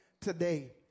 today